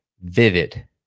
vivid